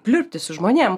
pliurpti su žmonėm